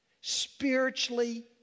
Spiritually